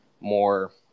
more